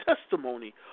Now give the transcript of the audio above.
testimony